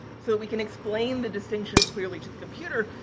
so, we can explain the distinctions clearly to the computer.